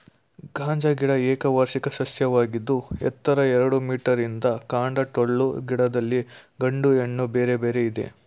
ಗಾಂಜಾ ಗಿಡ ಏಕವಾರ್ಷಿಕ ಸಸ್ಯವಾಗಿದ್ದು ಎತ್ತರ ಎರಡು ಮೀಟರಿದ್ದು ಕಾಂಡ ಟೊಳ್ಳು ಗಿಡದಲ್ಲಿ ಗಂಡು ಹೆಣ್ಣು ಬೇರೆ ಬೇರೆ ಇದೆ